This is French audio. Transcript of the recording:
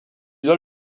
doit